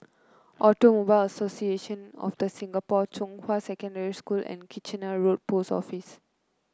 Automobile Association of The Singapore Zhonghua Secondary School and Kitchener Road Post Office